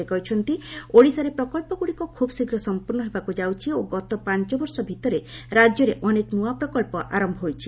ସେ କହିଛନ୍ତି ଓଡ଼ିଶାରେ ପ୍ରକଳ୍ପଗୁଡ଼ିକ ଖୁବ୍ ଶୀଘ୍ର ସମ୍ପର୍ଶ୍ଣ ହେବାକୁ ଯାଉଛି ଓ ଗତ ପାଞ୍ଚ ବର୍ଷ ଭିତରେ ରାଜ୍ୟରେ ଅନେକ ନ୍ତଆ ପ୍ରକଳ୍ପ ଆରମ୍ଭ ହୋଇଛି